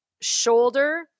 shoulder